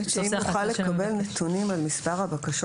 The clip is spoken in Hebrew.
אם נוכל לקבל נתונים על מספר הבקשות